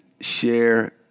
share